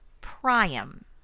Priam